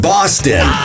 Boston